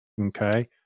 Okay